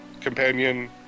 companion